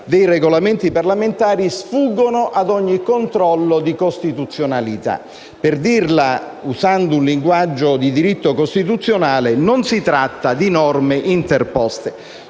dei Regolamenti parlamentari sfuggono ad ogni controllo di costituzionalità. Per dirla usando un linguaggio di diritto costituzionale, non si tratta di norme interposte.